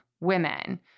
women